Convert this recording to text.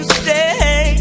stay